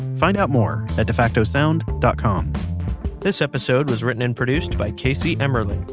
find out more at defactosound dot com this episode was written and produced by casey emmerling,